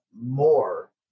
more